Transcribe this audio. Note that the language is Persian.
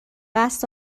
قصد